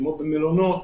כמו במלונות,